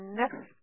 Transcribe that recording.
next